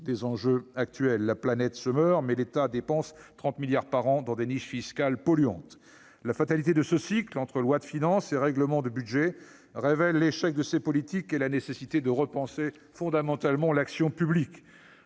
des enjeux actuels ? La planète se meurt, mais l'État dépense 30 milliards d'euros par an dans des niches fiscales polluantes ! La fatalité de ce cycle entre lois de finances et lois de règlement des budgets révèle l'échec de ces politiques et la nécessité de repenser fondamentalement l'action publique.